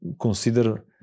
consider